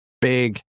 big